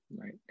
Right